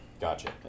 Gotcha